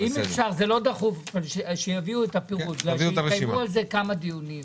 אם אפשר זה לא דחוף שיביאו את הפירוט כי התקיימו על זה כמה דיונים.